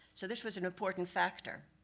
so this was an important factor.